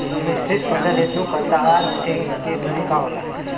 मिश्रित फसल हेतु कतार के दूरी का होला?